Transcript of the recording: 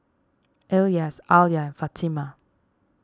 Elyas Alya Fatimah